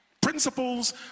Principles